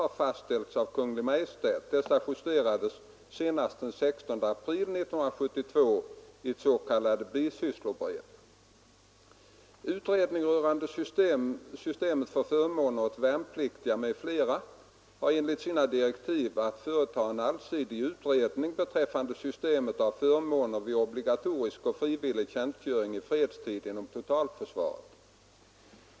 Nu gällande bestämmelser för Utredningen rörande systemet för förmåner åt värnpliktiga m.fl. har enligt sina direktiv att företa en allsidig utredning beträffande systemet av förmåner vid obligatorisk och frivillig tjänstgöring i fredstid inom totalförsvaret.